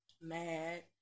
mad